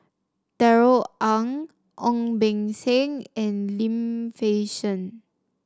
Darrell Ang Ong Beng Seng and Lim Fei Shen